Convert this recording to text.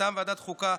מטעם ועדת החוקה,